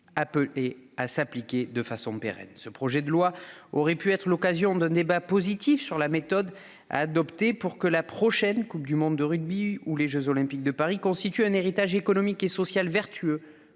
appelées à s'appliquer de façon pérenne. Ce projet de loi aurait pu être l'occasion d'un débat positif sur la méthode à adopter pour que la prochaine Coupe du monde de rugby ou les jeux Olympiques de Paris constituent un héritage économique et social vertueux